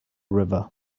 river